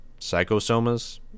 psychosomas